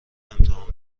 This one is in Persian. امتحان